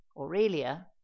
Aurelia